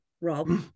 Rob